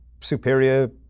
superior